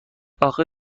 آخه